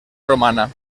romana